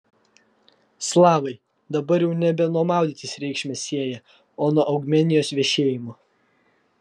slavai dabar jau nebe nuo maudytis reikšmės sieja o nuo augmenijos vešėjimo